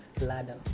ladder